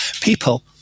people